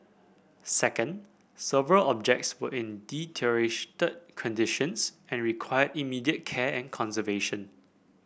second several objects were in deteriorated conditions and required immediate care and conservation